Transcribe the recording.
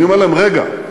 אני אומר להם: רגע,